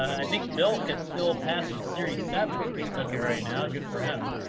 i think bill could still pass a series seven if he took it right now. good for him.